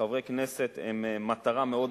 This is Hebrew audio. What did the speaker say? שחברי הכנסת הם מטרה מאוד,